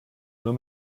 nur